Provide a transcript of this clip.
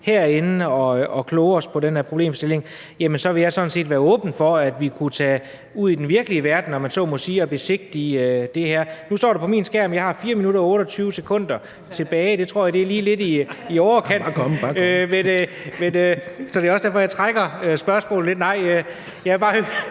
herinde og kloge os på den her problemstilling, så vil jeg sådan set være åben over for, at vi kunne tage ud i den virkelige verden, om man så må sige, og besigtige det her. Nu står der på min skærm, at jeg har 4 minutter og 28 sekunder tilbage. Det tror jeg er lige lidt i overkanten. Så det er også derfor, at jeg trækker spørgsmålet lidt – nej. Jeg vil bare